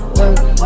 work